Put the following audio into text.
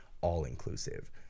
all-inclusive